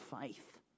faith